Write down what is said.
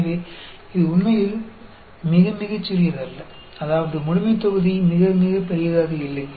எனவே இது உண்மையில் மிக மிகச் சிறியதல்ல அதாவது முழுமைத்தொகுதி மிக மிகப் பெரியதாக இல்லை